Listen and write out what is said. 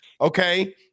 okay